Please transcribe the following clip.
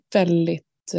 väldigt